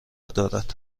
دارد